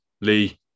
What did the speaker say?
lee